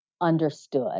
understood